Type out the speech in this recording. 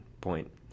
point